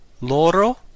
Loro